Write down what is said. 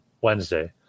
Wednesday